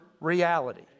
reality